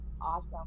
awesome